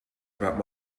about